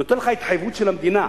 נותן לך התחייבות של המדינה,